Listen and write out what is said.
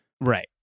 Right